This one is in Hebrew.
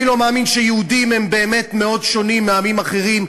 אני לא מאמין שיהודים הם באמת מאוד שונים מעמים אחרים.